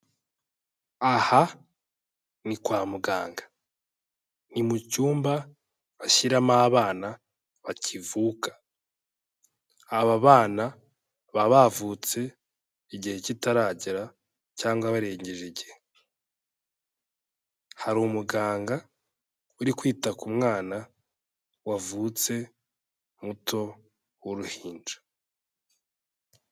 Aha ni kwa muganga, ni mu cyumba bashyiramo abana bakivuka, aba bana baba bavutse igihe kitaragera cyangwa barengeje igihe, hari umuganga uri kwita ku mwana wavutse muto w'uruhinja.